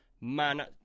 man